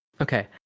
okay